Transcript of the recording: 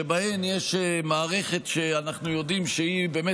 שבהן יש מערכת שאנחנו יודעים שהיא לא